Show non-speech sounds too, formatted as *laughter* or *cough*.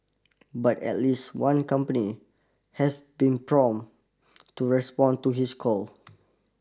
*noise* but at least one company have been prompt to respond to his call